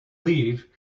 leave